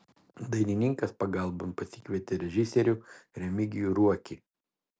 dainininkas pagalbon pasikvietė režisierių remigijų ruokį